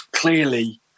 Clearly